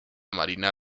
marina